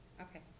Okay